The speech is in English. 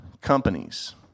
companies